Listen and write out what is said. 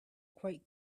quite